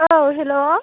औ हेल्ल'